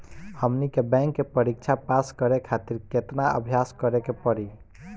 हमनी के बैंक के परीक्षा पास करे खातिर केतना अभ्यास करे के पड़ी?